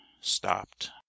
stopped